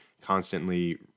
constantly